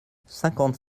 cinquante